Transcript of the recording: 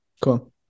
cool